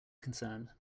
concerned